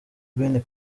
bene